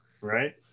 Right